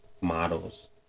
models